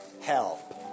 help